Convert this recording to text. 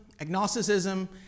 agnosticism